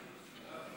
של חברי הכנסת מאיר